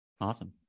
Awesome